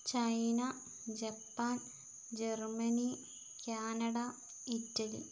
China Japan Germany Canada Italy